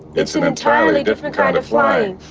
it's an entirely different kind of flying